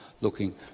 looking